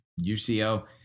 UCO